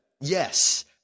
Yes